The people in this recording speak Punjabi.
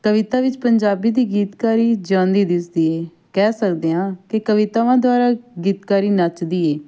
ਕਵਿਤਾ ਵਿੱਚ ਪੰਜਾਬੀ ਦੀ ਗੀਤਕਾਰੀ ਜਿਉਂਦੀ ਦਿਸਦੀ ਏ ਕਹਿ ਸਕਦੇ ਹਾਂ ਕਿ ਕਵਿਤਾਵਾਂ ਦੁਆਰਾ ਗੀਤਕਾਰੀ ਨੱਚਦੀ ਏ